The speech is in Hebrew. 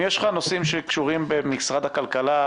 אם יש לך נושאים שקשורים במשרד הכלכלה,